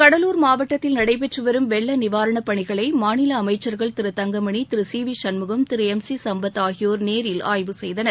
கடலூர் மாவட்டத்தில் நடைபெற்றுவரும் வெள்ள நிவாரண பணிகளை மாநில அமைச்சர்கள் Thiru Thangamani Thiru C V Shanmugam Thiru M C Sampath ஆகியோர் ஆய்வு செய்தனர்